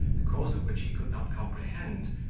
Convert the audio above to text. the cause of which he could not comprehend,